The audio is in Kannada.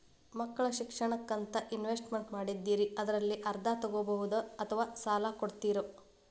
ಮಕ್ಕಳ ಶಿಕ್ಷಣಕ್ಕಂತ ಇನ್ವೆಸ್ಟ್ ಮಾಡಿದ್ದಿರಿ ಅದರಲ್ಲಿ ಅರ್ಧ ತೊಗೋಬಹುದೊ ಅಥವಾ ಸಾಲ ಕೊಡ್ತೇರೊ?